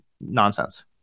nonsense